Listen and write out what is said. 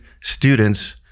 students